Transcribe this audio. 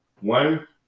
One